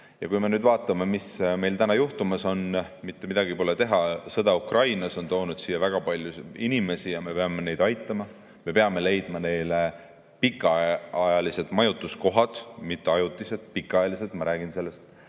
saa. Kui me nüüd vaatame, mis meil täna juhtumas on, siis mitte midagi pole teha, sõda Ukrainas on toonud siia väga palju inimesi ja me peame neid aitama. Me peame leidma neile pikaajalised majutuskohad – mitte ajutised, vaid pikaajalised, ma räägin sellest.